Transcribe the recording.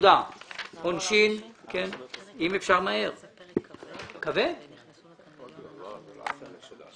אני מתנצל בפני אלה שנכנסו לדיון הבא.